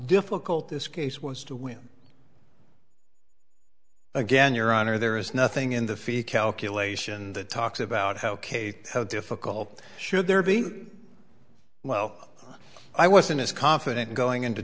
difficult this case was to win again your honor there is nothing in the feet calculation that talks about how kate how difficult should there be well i wasn't as confident going into